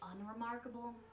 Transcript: unremarkable